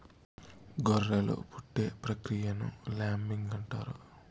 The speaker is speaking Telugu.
గొర్రెలు పుట్టే ప్రక్రియను ల్యాంబింగ్ అంటారు